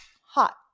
hot